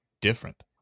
different